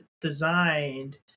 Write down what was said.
designed